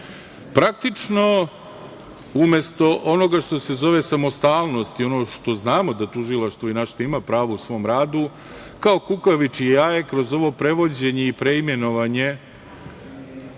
praktično, umesto onoga što se zove samostalnost i ono što znamo da tužilaštvo i na šta ima pravo u svom radu, kao kukavičje jaje kroz ovo prevođenje i preimenovanje,